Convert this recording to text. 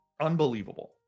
Unbelievable